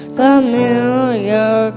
familiar